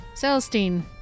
Celestine